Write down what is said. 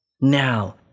Now